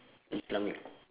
islamic